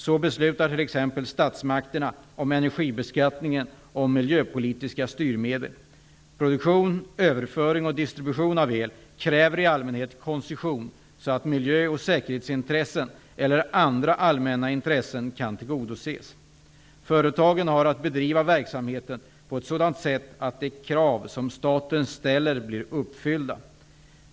Så beslutar t.ex. statsmakterna om energibeskattningen och om miljöpolitiska styrmedel. Produktion, överföring och distribution av el kräver i allmänhet koncession så att miljö och säkerhetsintressen eller andra allmänna intressen kan tillgodoses. Företagen har att bedriva verksamheten på ett sådant sätt att de krav som staten ställer blir uppfyllda.